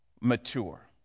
mature